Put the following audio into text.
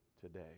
today